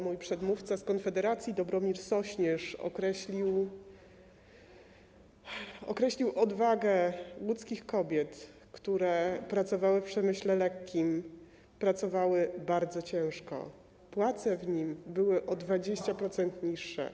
Mój przedmówca z Konfederacji Dobromir Sośnierz określił odwagę łódzkich kobiet, które pracowały w przemyśle lekkim, pracowały bardzo ciężko, płace w nim były o 20% niższe.